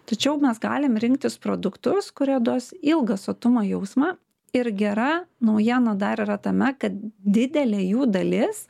tačiau mes galim rinktis produktus kurie duos ilgą sotumo jausmą ir gera naujiena dar yra tame kad didelė jų dalis